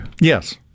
Yes